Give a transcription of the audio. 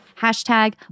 Hashtag